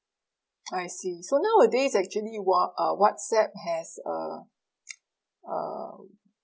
I see so nowadays actually wha~ uh whatsapp has a uh